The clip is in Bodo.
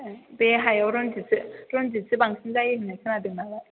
बे हायाव रनजिथ सो रनजिथ सो बांसिन जायो होन्नाय खोनादोंमोन नालाय